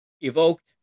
evoked